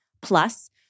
Plus